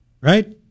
Right